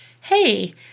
hey